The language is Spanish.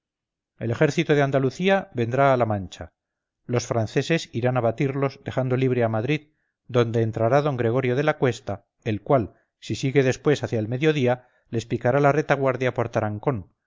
el ejército de andalucía vendrá a la mancha los francesesirán a batirlos dejando libre a madrid donde entrará d gregorio de la cuesta el cual si sigue después hacia el mediodía les picará la retaguardia por tarancón